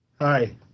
hi